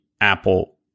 Apple